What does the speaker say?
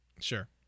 sure